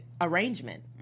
arrangement